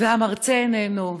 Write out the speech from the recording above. והמרצה איננו,